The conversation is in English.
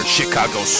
Chicago